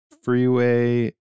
Freeway